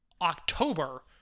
October